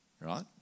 Right